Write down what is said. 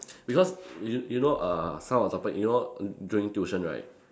because you you know uh some of the topic you know during tuition right